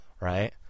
Right